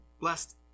blessed